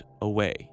away